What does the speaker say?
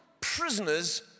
prisoners